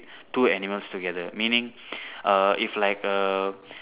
two animals together meaning err if like err